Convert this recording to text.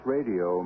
Radio